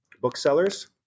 booksellers